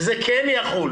וזה כן יחול